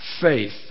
faith